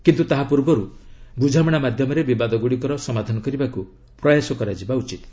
କିନ୍ତୁ ତାହା ପୂର୍ବରୁ ବୁଝାମଣା ମାଧ୍ୟମରେ ବିବାଦ ଗୁଡ଼ିକର ସମାଧାନ କରିବାକୁ ପ୍ରୟାସ କରାଯିବା ଉଚିତ୍